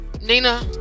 Nina